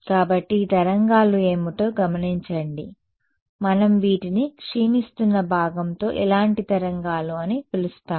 కాబట్టి ఈ తరంగాలు ఏమిటో గమనించండి మనం వీటిని క్షీణిస్తున్న భాగంతో ఎలాంటి తరంగాలు అని పిలుస్తాము